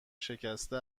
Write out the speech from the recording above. شکسته